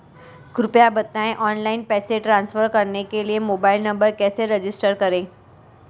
कृपया बताएं ऑनलाइन पैसे ट्रांसफर करने के लिए मोबाइल नंबर कैसे रजिस्टर करें?